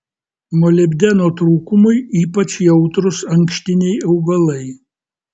molibdeno trūkumui ypač jautrūs ankštiniai augalai